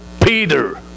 Peter